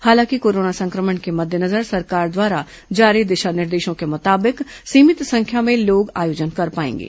हालांकि कोरोना संक्रमण के मद्देनजर सरकार द्वारा जारी दिशा निर्देशों के मुताबिक सीमित संख्या में लोग आयोजन कर पाएंगे